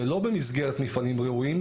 ולא במסגרת מפעלים ראויים,